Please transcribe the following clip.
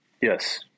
Yes